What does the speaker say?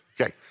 Okay